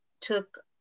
took